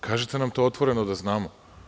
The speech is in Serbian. Kažite nam to otvoreno da znamo.